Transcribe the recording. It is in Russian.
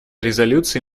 резолюции